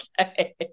okay